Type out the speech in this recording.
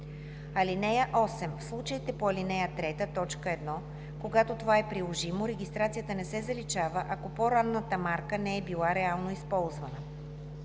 искането. (8) В случаите по ал. 3, т. 1, когато това е приложимо, регистрацията не се заличава, ако по-ранната марка не е била реално използвана.